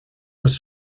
was